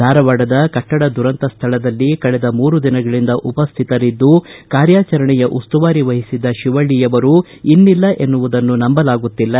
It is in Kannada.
ಧಾರವಾಡದ ಕಟ್ಟಡ ದುರಂತ ಸ್ಥಳದಲ್ಲಿ ಕಳೆದ ಮೂರು ದಿನಗಳಿಂದ ಉಪ್ಯತರಿದ್ದು ಕಾರ್ಯಾಚರಣೆಯ ಉಸ್ತುವಾರಿ ವಹಿಸಿದ್ದ ಶಿವಳ್ಳ ಅವರು ಇನ್ನಿಲ್ಲ ಎನ್ನುವುದನ್ನು ನಂಬಲಾಗುತ್ತಿಲ್ಲ